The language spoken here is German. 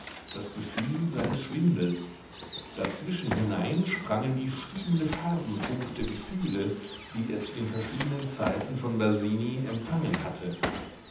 das gefühl seines schwindels dazwischen hinein sprangen wie stiebende farbenpunkte gefühle die er zu den verschiedenen zeiten von basini empfangen hatte